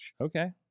Okay